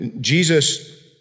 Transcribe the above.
Jesus